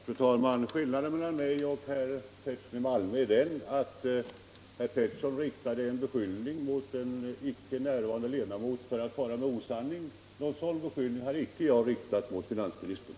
Fru talman! Skillnaden är den att herr Pettersson i Malmö riktade en beskyllning mot en icke närvarande ledamot för att fara med osanning. Någon sådan beskyllning har icke jag riktat mot finansministern.